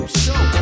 show